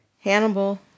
Hannibal